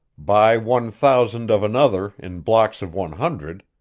buy one thousand of another in blocks of one hundred,